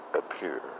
appear